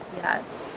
Yes